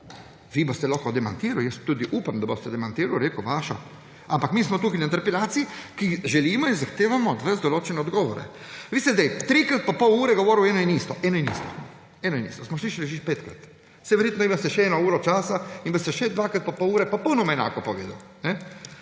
Vi boste lahko demantirali, jaz tudi upam, da boste demantirali, rekli vaša, ampak mi smo tukaj na interpelaciji, ki želimo in zahtevamo od vas določene odgovore. Vi ste sedaj trikrat po pol ure govorili eno in isto, smo slišali že petkrat. Saj verjetno imate še eno uro časa in boste še dvakrat po pol ure popolnoma enako povedali,